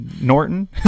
Norton